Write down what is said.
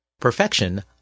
Perfection